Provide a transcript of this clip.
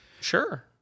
Sure